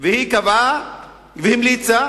היא קבעה והמליצה